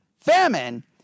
famine